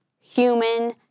human